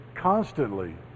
constantly